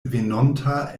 venonta